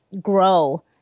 grow